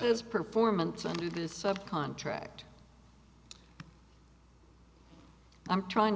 his performance and it is sub contract i'm trying